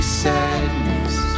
sadness